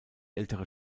ältere